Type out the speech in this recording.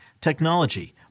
technology